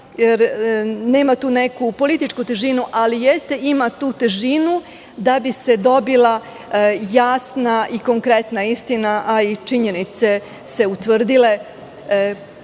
jer nema tu neku politički težinu, ali ima tu težinu da bi se dobila jasna i konkretna istina, a i da bi se utvrdile